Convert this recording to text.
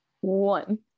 one